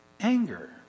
Anger